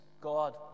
God